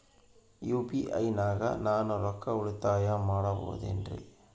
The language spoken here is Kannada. ಯು.ಪಿ.ಐ ನಾಗ ನಾನು ರೊಕ್ಕ ಉಳಿತಾಯ ಮಾಡಬಹುದೇನ್ರಿ?